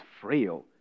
frail